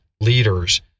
leaders